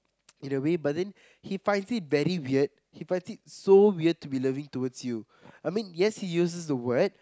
in a way but then he finds me very weird he finds me so weird to be loving towards you I mean yes he uses the word in a way